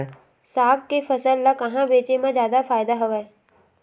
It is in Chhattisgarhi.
साग के फसल ल कहां बेचे म जादा फ़ायदा हवय?